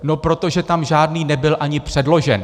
No protože tam žádný nebyl ani předložen.